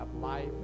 life